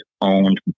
owned